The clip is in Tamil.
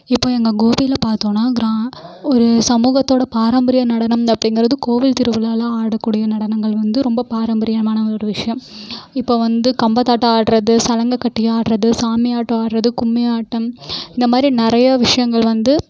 இப்போது எங்கள் கோபியில் பார்த்தோம்ன்னா கிரா ஒரு சமூகத்தோட பாரம்பரிய நடனம் அப்படிங்கிறது கோவில் திருவிழாவில் ஆடக்கூடிய நடனங்கள் வந்து ரொம்ப பாரம்பரியமான ஒரு விஷயம் இப்போ வந்து கம்பத்தாட்டம் ஆடுறது சலங்கை கட்டி ஆடுறது சாமி ஆட்டம் ஆடுறது கும்மி ஆட்டம் இந்த மாதிரி நிறையா விஷயங்கள் வந்து